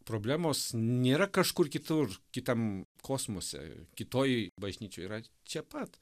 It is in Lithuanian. problemos nėra kažkur kitur kitam kosmose kitoj bažnyčioj yra čia pat